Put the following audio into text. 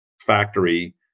factory